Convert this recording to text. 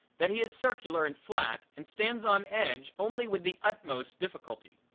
that he is circular and flat and stands on edge only with the utmost difficulty.